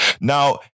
Now